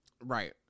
Right